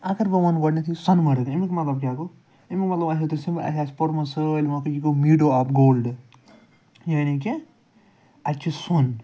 اَگر بہٕ وَنہٕ گۄڈٕنیٚتھٕے سۄنہٕ مرگ أمیٛک مطلب کیٛاہ گوٚو أمیٛک مطلب اسہِ آسہِ پوٚرمُت سٲلِمو کہِ یہِ گوٚو میٖڈُو آف گولڈٕ یعنی کہِ اَتہِ چھِ سۄن